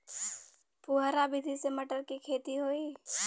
फुहरा विधि से मटर के खेती होई